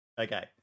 Okay